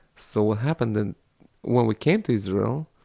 so what happened, and when we came to israel,